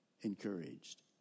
encouraged